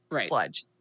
sludge